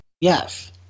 Yes